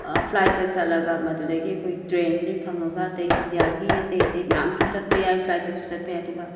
ꯐ꯭ꯂꯥꯏꯠꯇ ꯆꯠꯂꯒ ꯃꯗꯨꯗꯒꯤ ꯑꯩꯈꯣꯏ ꯇ꯭ꯔꯦꯟꯁꯦ ꯐꯪꯉꯒ ꯑꯇꯩ ꯏꯟꯗꯤꯌꯥꯒꯤ ꯑꯇꯩ ꯑꯇꯩ ꯃꯌꯥꯝꯁꯨ ꯆꯠꯄ ꯌꯥꯏ ꯐ꯭ꯂꯥꯏꯠꯇꯁꯨ ꯆꯠꯄ ꯌꯥꯏ ꯑꯗꯨꯒ